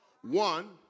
One